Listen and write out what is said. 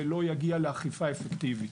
ולא יגיע לאכיפה אפקטיבית.